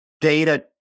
data